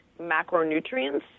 macronutrients